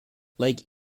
lake